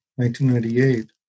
1998